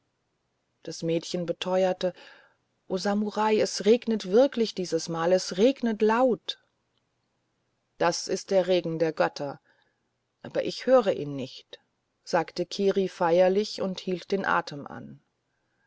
das mädchen beteuerte o samurai es regnet wirklich dieses mal es regnet laut das ist der regen der götter aber ich höre ihn nicht sagte kiri feierlich und hielt den atem an